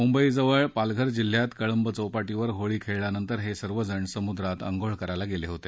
मुंबई जवळ पालघर जिल्ह्यात कळंब चौपाटीवर होळी खेळल्यानंतर हे सर्वजण समुद्रात अंघोळ करायला गेले होते